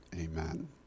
Amen